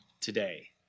today